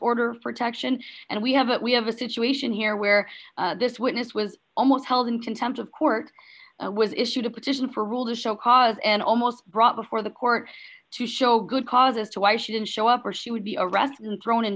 order protection and we have what we have a situation here where this witness was almost held in contempt of court was issued a petition for rule to show cause and almost brought before the court to show good cause as to why she didn't show up or she would be arrested and thrown in